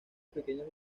pequeñas